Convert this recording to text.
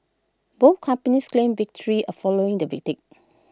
both companies claimed victory A following the verdict